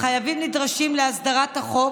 החייבים נדרשים להסדרת החוב